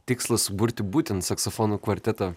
tikslas burti būtent saksofonų kvartetą